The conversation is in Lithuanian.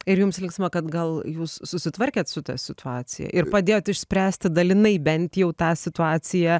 ir jums linksma kad gal jūs susitvarkėt su ta situacija ir padėjot išspręsti dalinai bent jau tą situaciją